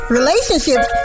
relationships